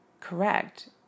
correct